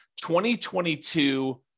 2022